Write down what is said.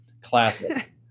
classic